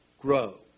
grow